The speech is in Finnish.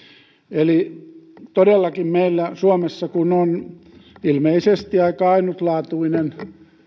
eli todellakin kun meillä suomessa on ilmeisesti aika ainutlaatuinen